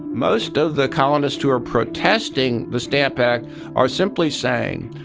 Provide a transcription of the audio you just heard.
most of the colonists who are protesting the stamp act are simply saying,